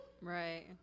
Right